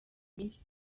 iminsi